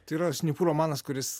tai yra šnipų romanas kuris